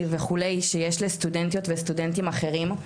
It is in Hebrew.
וכו' שיש לסטודנטיות וסטודנטים אחרים.